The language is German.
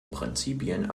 prinzipien